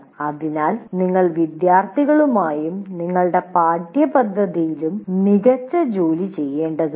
അതിനാൽ നിങ്ങൾ വിദ്യാർത്ഥികളുമായും നിങ്ങളുടെ പാഠ്യപദ്ധതിയിലും മികച്ച ജോലി ചെയ്യേണ്ടതുണ്ട്